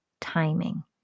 timing